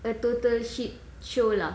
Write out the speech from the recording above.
a total shit show lah